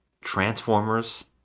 Transformers